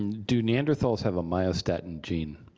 do neanderthals have a myostatin gene?